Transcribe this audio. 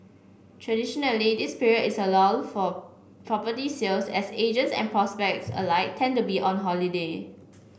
traditionally this period is a lull for property sales as agents and prospects alike tend to be on holiday